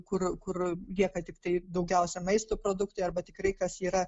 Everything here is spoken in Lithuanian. kur kur lieka tiktai daugiausia maisto produktai arba tikrai kas yra